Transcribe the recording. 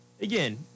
again